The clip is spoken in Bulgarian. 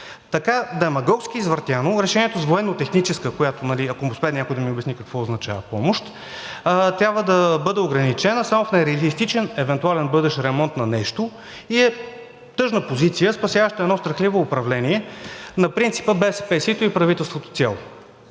Така демагогски извъртяно, решението за военнотехническа, ако успее някой да ми обясни какво означава, помощ трябва да бъде ограничена само в реалистичен евентуален бъдещ ремонт на нещо и е тъжна позиция, спасяваща едно страхливо управление на принципа: „И БСП сито, и правителството цяло.“